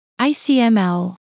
ICML